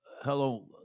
hello